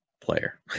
player